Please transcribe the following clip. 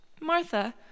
Martha